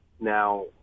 now